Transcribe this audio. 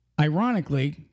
ironically